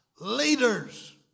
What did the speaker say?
leaders